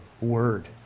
word